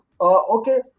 Okay